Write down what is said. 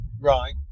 Right